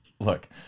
Look